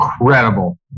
incredible